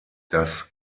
das